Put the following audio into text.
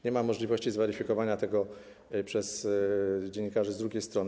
Nie ma możliwości zweryfikowania tego przez dziennikarzy z drugiej strony.